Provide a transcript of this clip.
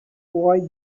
why